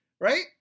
right